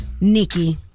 Nikki